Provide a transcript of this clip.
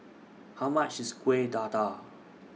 How much IS Kueh Dadar